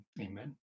Amen